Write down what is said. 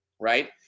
right